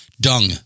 Dung